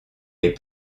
est